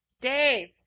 Dave